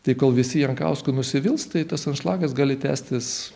tai kol visi jankausku nusivils tai tas anšlagas gali tęstis